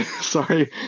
Sorry